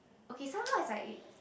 okay somehow is like